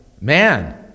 Man